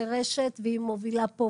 החירום הלאומית,